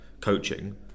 coaching